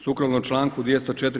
Sukladno članku 204.